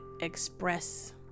express